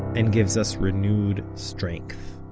and gives us renewed strength.